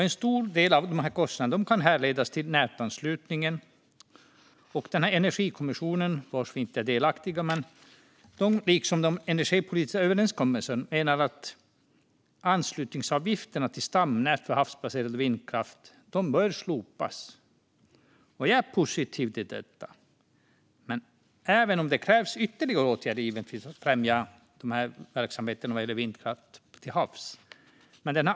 En stor del av kostnaderna kan härledas till nätanslutningen. I Energikommissionen, som vi inte är delaktiga i, liksom i den energipolitiska överenskommelsen menar man att anslutningsavgifterna för stamnätet bör slopas för havsbaserad vindkraft. Jag är positiv till detta även om det givetvis krävs ytterligare åtgärder för att främja verksamheten gällande vindkraft till havs.